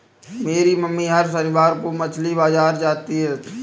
मेरी मम्मी हर शनिवार को मछली बाजार जाती है